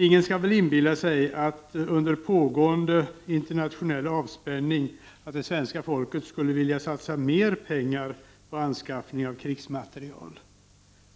Ingen skall väl inbilla sig att svenska folket under pågående internationella avspänning skulle vilja satsa mer pengar på anskaffning av krigsmateriel.